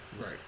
Right